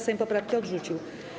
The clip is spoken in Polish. Sejm poprawki odrzucił.